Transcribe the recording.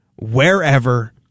wherever